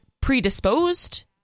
predisposed